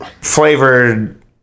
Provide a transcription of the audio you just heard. flavored